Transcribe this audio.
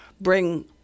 bring